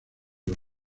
los